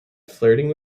flirting